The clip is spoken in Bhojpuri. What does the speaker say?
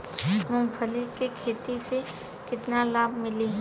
मूँगफली के खेती से केतना लाभ मिली?